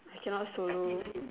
cannot solo